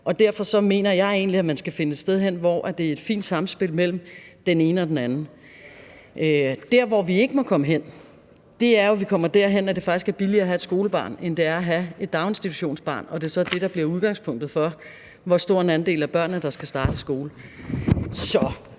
derfor mener jeg egentlig, at man skal finde et sted hen, hvor det er et fint samspil mellem den ene og den anden. Der, hvor vi ikke må komme hen, er, at det faktisk er billigere at have et skolebarn, end det er at have et daginstitutionsbarn, og at det så er det, der bliver udgangspunktet for, hvor stor en andel af børnene der skal starte i skole. Så